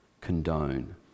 condone